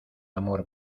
amor